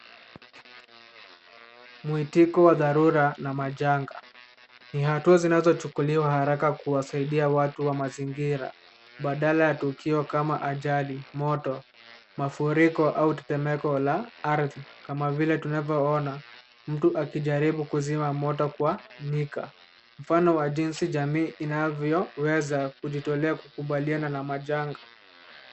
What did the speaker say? Mwitiko wa dharura na majanga. Ni hatua zinazochukuliwa haraka kuwasaidia watu na mazingira badala ya tukio kama ajali, moto, mafuriko au tetemeko la ardhi. Kama vile tunavyoona mtu akijaribu kuzima moto kwa nyika. Mfano wa jinsi jamii inavyoweza kujitolea kukubaliana na majanga.